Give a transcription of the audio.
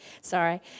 Sorry